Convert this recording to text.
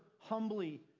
humbly